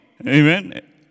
Amen